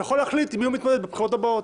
יכול להחליט עם מי הוא מתמודד בבחירות הבאות.